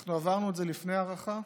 אנחנו עברנו את זה לפני ההארכה.